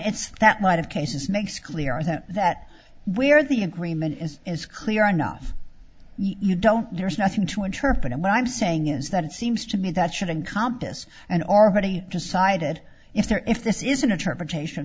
its that might have cases makes clear that where the agreement is is clear enough you don't there's nothing to interpret what i'm saying is that it seems to me that shouldn't compas an already decided if there if this is an interpretation